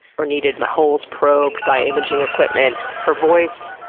or needed my holes probed by imaging equipment her voice,